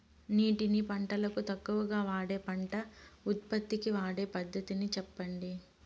నీటిని పంటలకు తక్కువగా వాడే పంట ఉత్పత్తికి వాడే పద్ధతిని సెప్పండి?